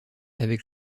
avec